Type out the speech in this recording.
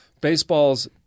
baseballs